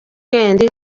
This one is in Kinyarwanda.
end